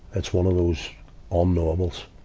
it's one of those unknowables.